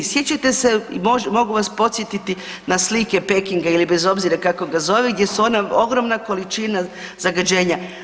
Sjećate se i mogu vas podsjetiti na slike Pekinga ili bez obzira kako ga zove, gdje su ona ogromna količina zagađenja.